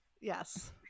yes